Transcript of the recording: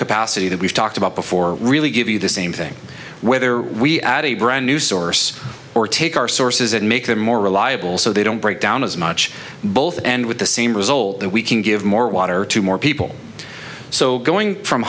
capacity that we've talked about before really give you the same thing whether we add a brand new source or take our sources and make them more reliable so they don't break down as much both and with the same result that we can give more water to more people so going from